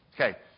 Okay